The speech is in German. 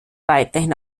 weiterhin